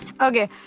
Okay